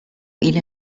إلى